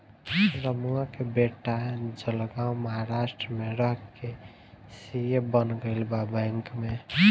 रमुआ के बेटा जलगांव महाराष्ट्र में रह के सी.ए बन गईल बा बैंक में